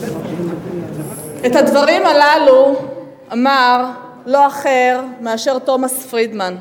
את הדברים הללו אמר לא אחר מאשר תומס פרידמן.